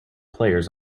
players